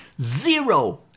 zero